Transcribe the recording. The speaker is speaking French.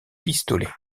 pistolet